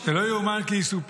זה לא יאומן כי יסופר,